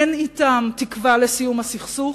אין אתם תקווה לסיום הסכסוך,